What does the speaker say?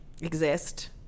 Exist